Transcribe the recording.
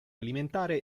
alimentare